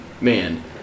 man